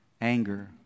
anger